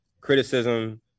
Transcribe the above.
criticism